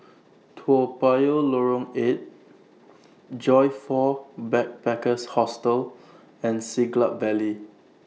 Toa Payoh Lorong eight Joyfor Backpackers' Hostel and Siglap Valley